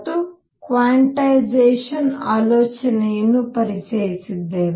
ಮತ್ತು ಕ್ವನ್ಟೈಸೇಶನ್ ಆಲೋಚನೆಯನ್ನು ಪರಿಚಯಿಸಿದ್ದೇವೆ